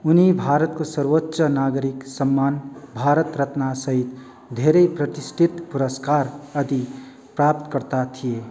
उनी भारतको सर्वोच्च नागरिक सम्मान भारत रत्न सहित धेरै प्रतिष्ठित पुरस्कार आदि प्राप्तकर्ता थिए